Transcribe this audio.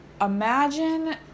imagine